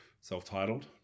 self-titled